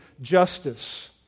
justice